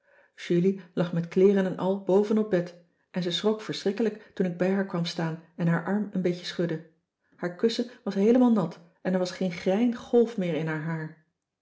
julie lag met kleeren en al boven op bed en ze schrok verschrikkelijk toen ik bij haar kwam staan en haar arm een beetje schudde haar kussen was heelemaal nat en er was geen grein golf meer in haar haar